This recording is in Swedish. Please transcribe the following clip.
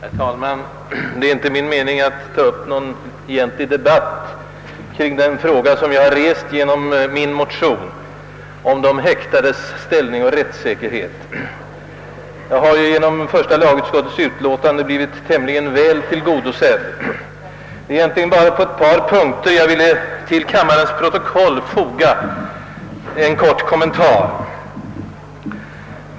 Herr talman! Det är inte min mening att ta upp någon egentlig debatt kring den fråga jag rest genom min motion om de häktades ställning och rättssäkerhet. Jag har ju nämligen genom första lagutskottets utlåtande blivit tämligen väl tillgodosedd. Det är endast på ett par punkter som jag ville till kammarens protokoll foga en kortfattad kommentar.